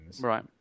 right